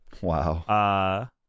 Wow